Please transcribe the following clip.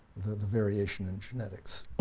the variation in genetics.